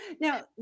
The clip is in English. Now